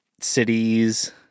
cities